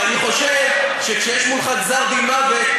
ואני חושב שכשיש מולך גזר-דין מוות,